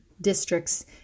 districts